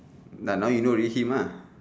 nah now you know already him lah